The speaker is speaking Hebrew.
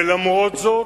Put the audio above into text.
ולמרות זאת,